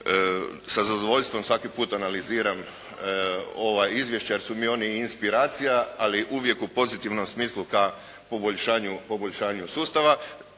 sa zadovoljstvom svaki put analiziram ova izvješća jer su mi oni inspiracija, ali uvijek u pozitivnom smislu ka poboljšanju sustava.